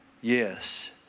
yes